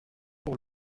pour